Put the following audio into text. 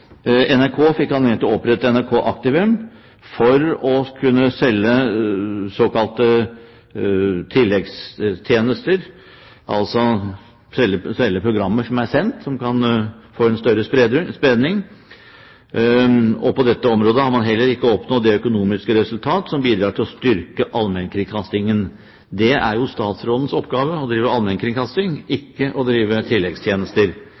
NRK fikk anledning til å opprette NRK Aktivum for å kunne selge såkalte tilleggstjenester, altså selge programmer som er sendt, som kan få en større spredning. På dette området har man heller ikke oppnådd det økonomiske resultat som bidrar til å styrke allmennkringkastingen. Det er statsrådens oppgave å drive allmennkringkasting, ikke å drive tilleggstjenester.